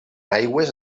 aigües